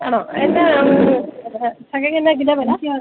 ആണോ എന്നാ ചക്കയ്ക്ക് എന്താ കിലോ വില